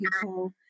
people